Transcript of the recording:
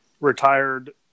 retired